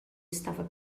estava